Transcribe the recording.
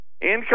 Income